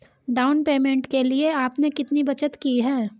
Down payment के लिए आपने कितनी बचत की है?